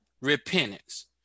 repentance